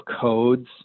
codes